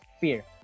fear